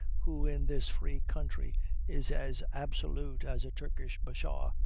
who in this free country is as absolute as a turkish bashaw.